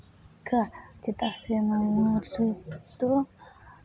ᱴᱷᱤᱠᱼᱟ ᱪᱮᱫᱟᱜ ᱥᱮ ᱢᱟᱱᱣᱟ ᱥᱩᱠᱷ ᱫᱚ